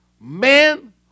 men